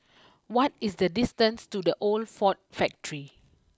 what is the distance to the Old Ford Factory